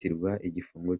igifungo